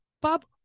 Bob